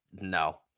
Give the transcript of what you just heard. no